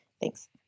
Thanks